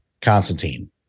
Constantine